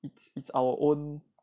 it's it's our own